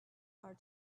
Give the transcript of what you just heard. are